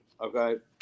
Okay